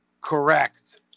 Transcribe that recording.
Correct